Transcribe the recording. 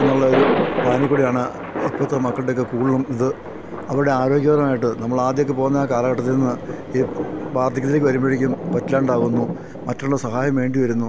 എന്നൊള്ളൊരു പ്ലാനില്ക്കൂടെയാണ് ഇപ്പോഴത്തെ മക്കളുടെയൊക്കെ കൂടുതലും ഇത് അവരുടെ ആരോഗ്യപരമായിട്ട് നമ്മൾ ആദ്യമൊക്കെ പോകുന്ന ആ കാലഘട്ടത്തില്നിന്ന് ഈ വാർധക്യത്തിലേക്കു വരുമ്പോഴേക്കും പറ്റില്ലാണ്ടാകുന്നു മറ്റുള്ളവരുടെ സഹായം വേണ്ടിവരുന്നു